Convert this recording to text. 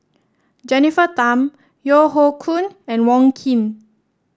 Jennifer Tham Yeo Hoe Koon and Wong Keen